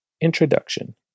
Introduction